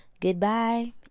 Goodbye